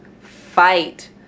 fight